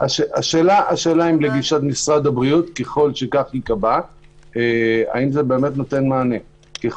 השאלה אם לגישת משרד הבריאות זה באמת נותן מענה למצב